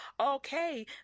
okay